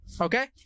okay